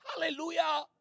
Hallelujah